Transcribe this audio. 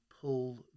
pull